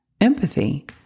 empathy